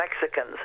Mexicans